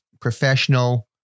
professional